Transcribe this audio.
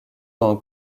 dans